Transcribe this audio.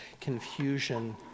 confusion